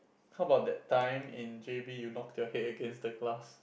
how about that time in j_b you knock your head against the glass